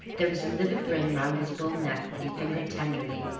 there was a livid ring round his bull-neck, that he fingered tenderly.